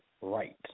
right